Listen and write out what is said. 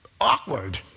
awkward